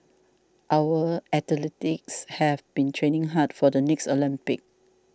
our athletes have been training hard for the next Olympics